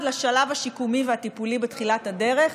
לשלב השיקומי והטיפולי בתחילת הדרך,